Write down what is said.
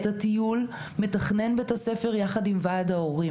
את הטיול מתכנן בית הספר יחד עם ועד ההורים